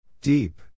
Deep